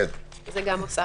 את זה גם הוספנו.